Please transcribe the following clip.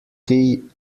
key